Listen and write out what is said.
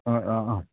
ആ ആ ആ